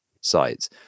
sites